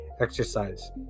exercise